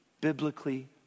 biblically